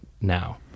now